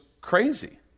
crazy